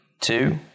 two